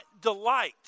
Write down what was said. delight